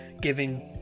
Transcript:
giving